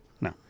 No